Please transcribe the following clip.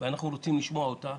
ואנחנו רוצים לשמוע אותה,